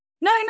No